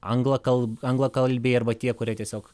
angla kalba anglakalbiai arba tie kurie tiesiog